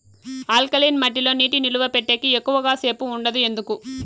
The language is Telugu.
ఆల్కలీన్ మట్టి లో నీటి నిలువ పెట్టేకి ఎక్కువగా సేపు ఉండదు ఎందుకు